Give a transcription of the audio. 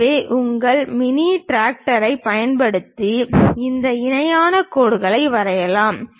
எனவே உங்கள் மினி டிராஃப்டரைப் பயன்படுத்தி இந்த இணையான கோடுகளை வரையலாம்